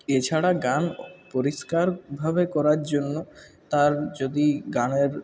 এছাড়া গান পরিস্কারভাবে করার জন্য তার যদি গানের